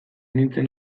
nintzen